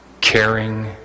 caring